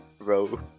Bro